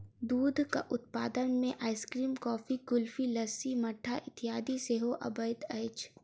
दूधक उत्पाद मे आइसक्रीम, कुल्फी, लस्सी, मट्ठा इत्यादि सेहो अबैत अछि